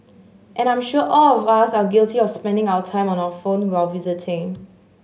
and I'm sure all of us are guilty of spending our time on our phone while visiting